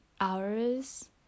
hours